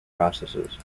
processes